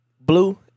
Blue